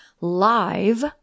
live